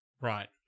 right